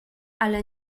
ale